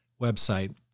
website